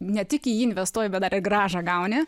ne tik į jį investuoji bet dar ir grąžą gauni